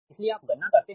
इसलिए आप गणना करते हैं